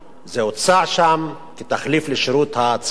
זה הוצע שם, כתחליף לשירות הצבאי.